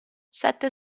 sette